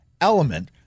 element